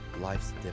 life's